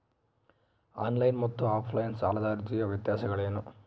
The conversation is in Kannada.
ಆನ್ ಲೈನ್ ಮತ್ತು ಆಫ್ ಲೈನ್ ಸಾಲದ ಅರ್ಜಿಯ ವ್ಯತ್ಯಾಸಗಳೇನು?